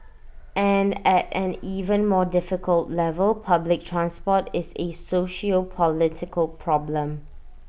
and at an even more difficult level public transport is A sociopolitical problem